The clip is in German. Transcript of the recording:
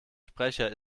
sprecher